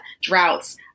droughts